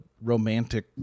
romantic